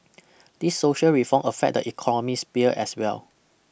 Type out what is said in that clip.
these social reform affect the economy sphere as well